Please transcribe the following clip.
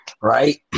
Right